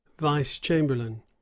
vice-chamberlain